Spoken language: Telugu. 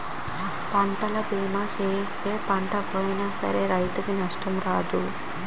పంటల బీమా సేయిస్తే పంట పోయినా సరే రైతుకు నష్టం రాదు